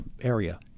area